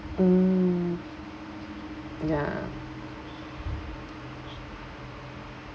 mm ya